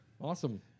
Awesome